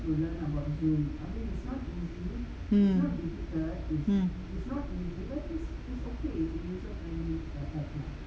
mm mm